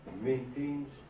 maintains